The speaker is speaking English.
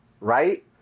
right